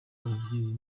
ababyeyi